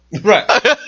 Right